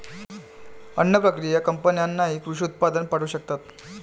अन्न प्रक्रिया कंपन्यांनाही कृषी उत्पादन पाठवू शकतात